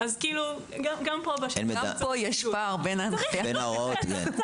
אז גם --- גם פה יש פער בין ההוראות לביצוע.